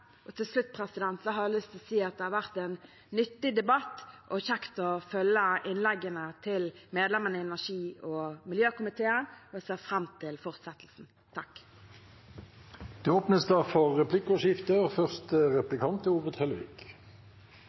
Til slutt har jeg lyst til å si at det har vært en nyttig debatt og kjekt å følge innleggene til medlemmene i energi- og miljøkomiteen, og jeg ser fram til fortsettelsen. Det blir replikkordskifte. I innlegget til statsråden kunne me høyra at det skulle satsast på havvind, og